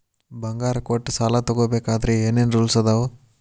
ಬಂಗಾರ ಕೊಟ್ಟ ಸಾಲ ತಗೋಬೇಕಾದ್ರೆ ಏನ್ ಏನ್ ರೂಲ್ಸ್ ಅದಾವು?